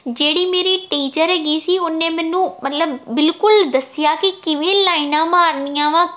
ਜਿਹੜੀ ਮੇਰੀ ਟੀਚਰ ਹੈਗੀ ਸੀ ਉਹਨੇ ਮੈਨੂੰ ਮਤਲਬ ਬਿਲਕੁਲ ਦੱਸਿਆ ਕਿ ਕਿਵੇਂ ਲਾਈਨਾਂ ਮਾਰਨੀਆਂ ਵਾ